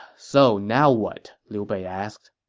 so now what? liu bei asked